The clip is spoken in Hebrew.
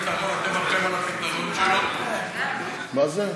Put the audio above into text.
מה זה?